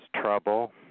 trouble